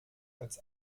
als